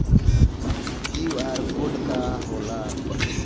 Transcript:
QR code का होला?